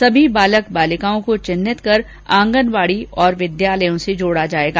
सभी बालक बालिकाओं को चिन्हित कर आंगनबाड़ी और विद्यालयों से जोड़ा जाएगा